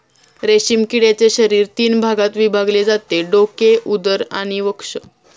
रेशीम किड्याचे शरीर तीन भागात विभागले जाते डोके, उदर आणि वक्ष